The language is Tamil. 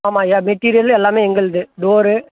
ஆமாம் ஐயா மெட்டீரியல் எல்லாமே எங்களுது டோரு